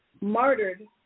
martyred